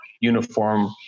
uniform